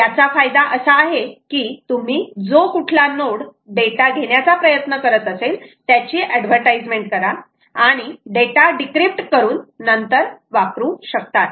याचा फायदा असा आहे की तुम्ही जो कुठला नोड डेटा घेण्याचा प्रयत्न करत असेल त्याची एडवर्टाइजमेंट करा आणि डेटा डिक्रिप्ट करून नंतर वापरू शकतात